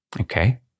Okay